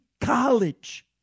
college